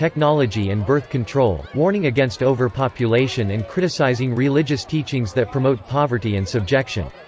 technology and birth control, warning against overpopulation and criticising religious teachings that promote poverty and subjection.